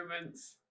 moments